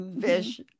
Fish